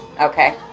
okay